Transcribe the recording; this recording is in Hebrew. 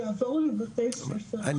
וועדת היגוי קבועה דלא